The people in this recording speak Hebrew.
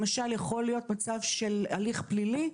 למשל יכול להיות מצב של הליך פלילי,